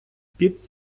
під